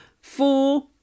Four